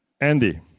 Andy